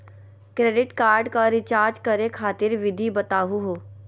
Credit card क recharge करै खातिर विधि बताहु हो?